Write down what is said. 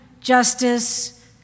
justice